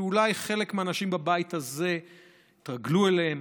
שאולי חלק מהאנשים בבית הזה התרגלו אליהם,